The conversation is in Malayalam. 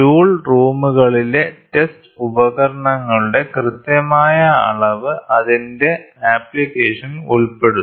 ടൂൾ റൂമുകളിലെ ടെസ്റ്റ് ഉപകരണങ്ങളുടെ കൃത്യമായ അളവ് അതിന്റെ അപ്ലിക്കേഷനിൽ ഉൾപ്പെടുന്നു